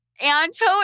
Anto